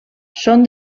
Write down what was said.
són